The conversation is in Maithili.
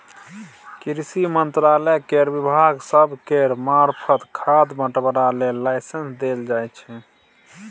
कृषि मंत्रालय केर विभाग सब केर मार्फत खाद बंटवारा लेल लाइसेंस देल जाइ छै